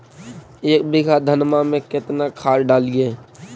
एक बीघा धन्मा में केतना खाद डालिए?